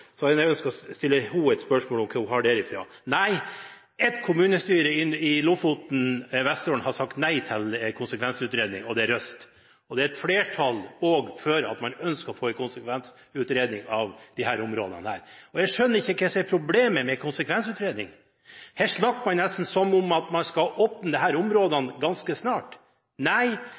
så jeg ønsker å stille henne spørsmål om hvor hun har dette fra. Ett kommunestyre i Lofoten og Vesterålen har sagt nei til konsekvensutredning, og det er Røst. Det er flertall også for at man ønsker en konsekvensutredning av disse områdene. Jeg skjønner ikke hva som er problemet med en konsekvensutredning. Her snakker man nesten som om man skal åpne disse områdene ganske snart.